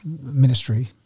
ministry